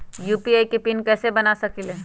UPI के PIN कैसे बना सकीले?